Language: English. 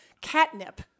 catnip